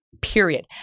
Period